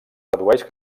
redueix